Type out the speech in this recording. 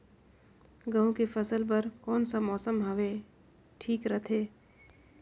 गहूं के फसल बर कौन सा मौसम हवे ठीक रथे?